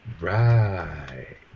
Right